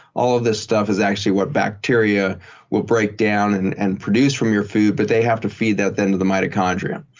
all of this stuff is actually what bacteria will break down and and produce from your food but they have to feed that then to the mitochondria.